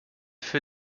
für